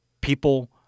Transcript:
people